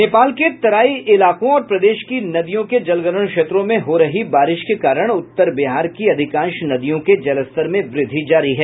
नेपाल के तराई इलाकों और प्रदेश की नदियों के जलग्रहण क्षेत्र में हो रही बारिश के कारण उत्तर बिहार की अधिकांश नदियों के जलस्तर में वृद्धि जारी है